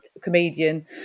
comedian